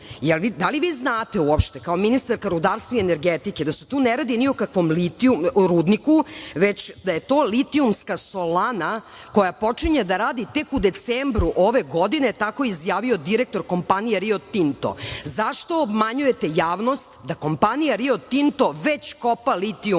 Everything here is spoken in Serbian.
Da li vi znate uopšte, kao ministarka rudarstva i energetike, da se tu ne radi ni o kakvom rudniku, već da je to litijumska solana koja počinje da radi tek u decembru ove godine. Tako je izjavio direktor kompanije Rio Tinto. Zašto obmanjujete javnost da kompanija Rio Tinto već kopa litijum